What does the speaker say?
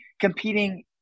competing